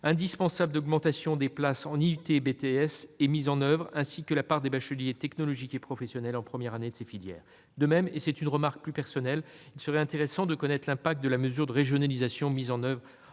indispensable d'augmentation des places en IUT et en BTS est mis en oeuvre et de connaître la part des bacheliers technologiques et professionnels en première année de ces filières. De même, et c'est une remarque plus personnelle, il serait intéressant de connaître l'impact de la mesure de régionalisation mise en oeuvre